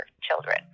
children